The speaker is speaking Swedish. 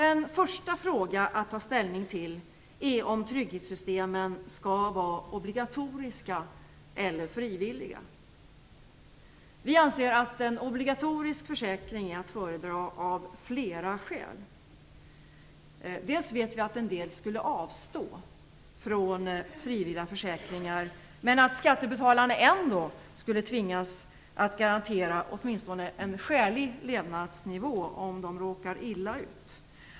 En första fråga att ta ställning till är om trygghetssystemen skall vara obligatoriska eller frivilliga. Vi anser att en obligatorisk försäkring är att föredra av flera skäl. Till att börja med vet vi att en del skulle avstå från frivilliga försäkringar men att skattebetalarna ändå skulle tvingas garantera åtminstone en skälig levnadsnivå om dessa råkar illa ut.